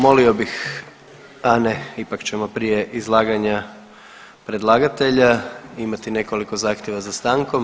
Molio bih, a ne, ipak ćemo prije izlaganja predlagatelja imati nekoliko zahtjeva za stankom.